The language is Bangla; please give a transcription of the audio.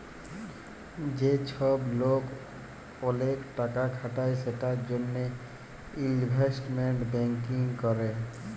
যে চ্ছব লোক ওলেক টাকা খাটায় সেটার জনহে ইলভেস্টমেন্ট ব্যাঙ্কিং ক্যরে